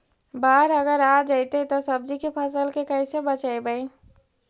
बाढ़ अगर आ जैतै त सब्जी के फ़सल के कैसे बचइबै?